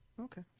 Okay